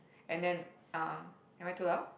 and then um am I too loud